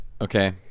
okay